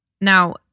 Now